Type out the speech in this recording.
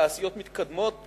תעשיות מתקדמות,